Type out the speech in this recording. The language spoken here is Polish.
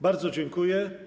Bardzo dziękuję.